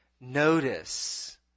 notice